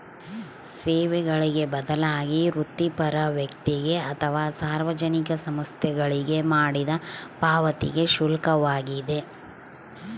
ಸೇವೆಗಳಿಗೆ ಬದಲಾಗಿ ವೃತ್ತಿಪರ ವ್ಯಕ್ತಿಗೆ ಅಥವಾ ಸಾರ್ವಜನಿಕ ಸಂಸ್ಥೆಗಳಿಗೆ ಮಾಡಿದ ಪಾವತಿಗೆ ಶುಲ್ಕವಾಗಿದೆ